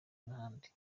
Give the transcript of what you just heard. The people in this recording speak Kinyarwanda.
n’ahandi